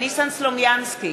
ניסן סלומינסקי,